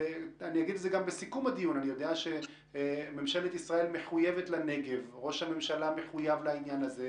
אני יודע שממשלת ישראל מחויבת לנגב; ראש הממשלה מחויב לעניין הזה,